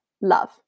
love